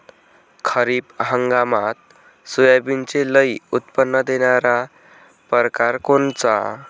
खरीप हंगामात सोयाबीनचे लई उत्पन्न देणारा परकार कोनचा?